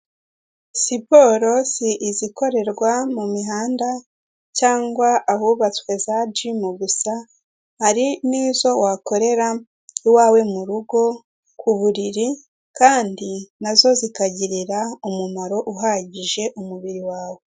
Siporo si izikorerwa mu mihanda cyangwa ahubatswe za jimu gusa, hari n'izo wakorera iwawe mu rugo, ku buriri kandi na zo zikagirira umumaro uhagije umubiri wawe.